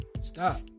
Stop